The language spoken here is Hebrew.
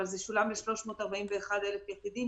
אבל זה שולם ל-341,000 יחידים,